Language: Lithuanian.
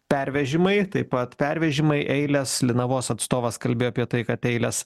pervežimai taip pat pervežimai eilės linavos atstovas kalbėjo apie tai kad eilės